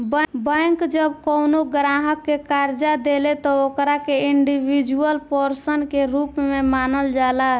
bank जब कवनो ग्राहक के कर्जा देले त ओकरा के इंडिविजुअल पर्सन के रूप में मानल जाला